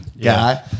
Guy